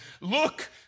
look